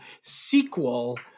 sequel